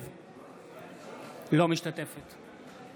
אינה משתתפת בהצבעה